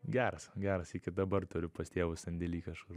geras geras iki dabar turiu pas tėvus sandėly kažkur